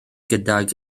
gydag